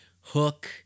Hook